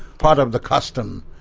part of the custom.